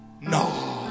No